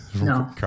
No